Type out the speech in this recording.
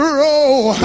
roll